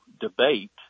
debate